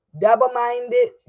Double-minded